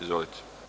Izvolite.